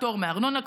פטור מארנונה,